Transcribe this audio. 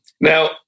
now